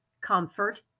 comfort